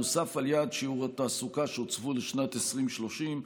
נוסף על יעדי שיעורי התעסוקה שהוצבו לשנת 2030,